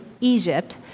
Egypt